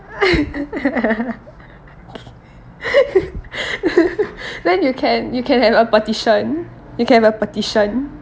then you can you can have a petition you can have a petition